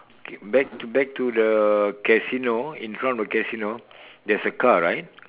back to back to the casino in front of the casino there's a car right